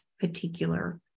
particular